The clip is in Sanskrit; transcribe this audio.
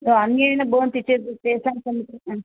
अन्येन भवन्ति चेत् पेषन् सन्ति